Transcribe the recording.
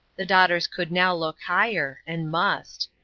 the daughters could now look higher and must.